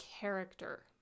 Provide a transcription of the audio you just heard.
character